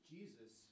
Jesus